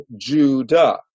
Judah